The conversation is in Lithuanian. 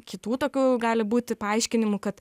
kitų tokių gali būti paaiškinimų kad